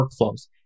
workflows